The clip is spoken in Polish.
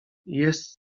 jest